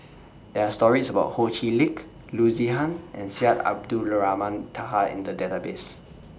There Are stories about Ho Chee Lick Loo Zihan and Syed Abdulrahman Taha in The Database